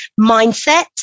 mindset